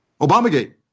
Obamagate